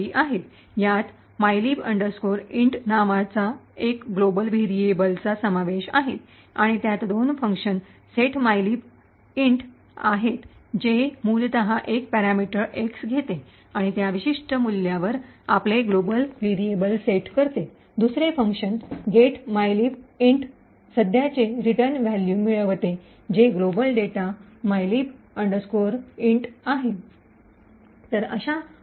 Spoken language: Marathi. यात मायलीब इंट mylib int नावाच्या एका ग्लोबल व्हेरिएबलचा समावेश आहे आणि त्यात दोन functions set mylib int set mylib int आहेत जे मूलत एक पॅरामीटर एक्स घेते आणि त्या विशिष्ट मूल्यावर आपले ग्लोबल व्हेरिएबल सेट करते आणि दुसरे function get mylib int get mylib int सध्याचे रिटर्न व्हॅल्यू मिळवते जे global data mylib int mylib int आहे